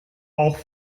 auch